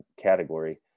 category